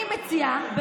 אני מציעה,